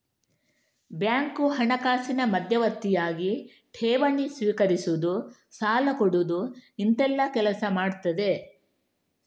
bank ಹಣಕಾಸಿನ ಮಧ್ಯವರ್ತಿಯಾಗಿ ಠೇವಣಿ ಸ್ವೀಕರಿಸುದು, ಸಾಲ ಕೊಡುದು ಇಂತೆಲ್ಲ ಕೆಲಸ ಮಾಡ್ತದೆ